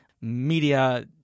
media